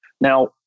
Now